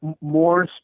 more